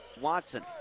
Watson